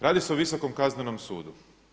Radi se o Visokom kaznenom sudu.